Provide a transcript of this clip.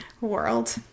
world